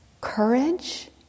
courage